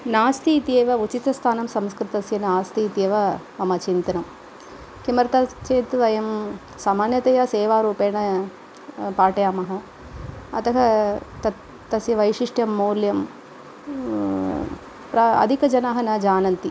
नास्ति इत्येव उचितं स्थानं संस्कृतस्य नास्ति इत्येव मम चिन्तनं किमर्थं चेत् वयं सामान्यतया सेवारूपेण पाठयामः अतः तत् तस्य वैशिष्ट्यं मौल्यं प्रा अधिकजनाः न जानन्ति